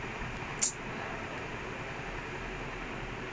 வேணுண்டே:vaenuntae lose பண்ற மாதிரி இருக்குல:pandra maadhiri irukkula I don't know what they doing